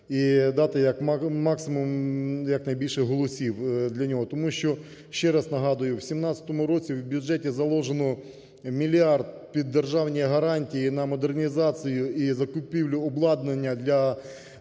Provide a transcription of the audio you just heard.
і дати, як максимум, як найбільше голосів для нього. Тому що, ще раз нагадую, у 2017 році в бюджеті заложено 1 мільярд під державні гарантії на модернізацію і закупівлю обладнання